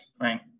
Right